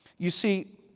you see,